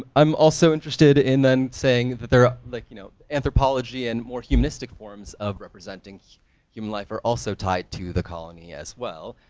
i'm also interested in then saying that there are, like you know, anthropology and more humanistic forms of representing human life are also tied to the colony as well.